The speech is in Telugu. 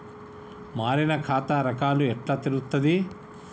మారిన ఖాతా రకాలు ఎట్లా తెలుత్తది?